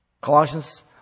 Colossians